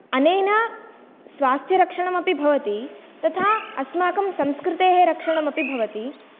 अनेन स्वास्थ्यरक्षणमपि भवति तथा अस्माकं संस्कृतेः रक्षणमपि भवति